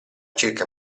circa